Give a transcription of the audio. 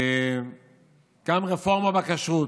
גם רפורמה בכשרות.